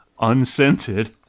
unscented